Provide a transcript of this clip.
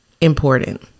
important